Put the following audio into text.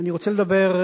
אני רוצה לדבר,